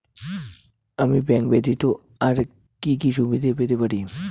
আমি ব্যাংক ব্যথিত আর কি কি সুবিধে পেতে পারি?